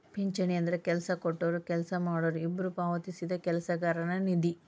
ಪಿಂಚಣಿ ಅಂದ್ರ ಕೆಲ್ಸ ಕೊಟ್ಟೊರು ಕೆಲ್ಸ ಮಾಡೋರು ಇಬ್ಬ್ರು ಪಾವತಿಸಿದ ಕೆಲಸಗಾರನ ನಿಧಿ